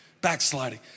Backsliding